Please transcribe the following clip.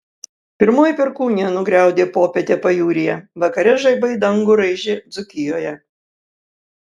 pirmoji perkūnija nugriaudė popietę pajūryje vakare žaibai dangų raižė dzūkijoje